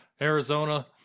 Arizona